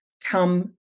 come